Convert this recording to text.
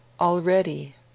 already